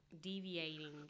deviating